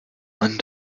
man